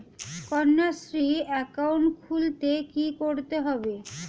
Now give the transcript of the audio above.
Kanyashree account খুলতে কী করতে হবে?